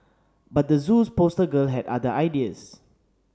but the Zoo's poster girl had other ideas